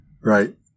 Right